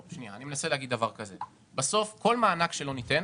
כל מענק שלא ניתן,